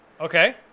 Okay